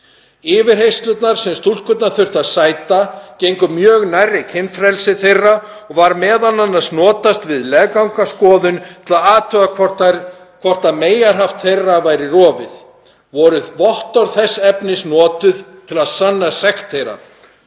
Yfirheyrslurnar sem stúlkurnar þurftu að sæta gengu mjög nærri kynfrelsi þeirra og var m.a. notast við leggangaskoðun til að athuga hvort meyjarhaft þeirra væri rofið. Voru vottorð þess efnis notuð til að sanna sekt þeirra.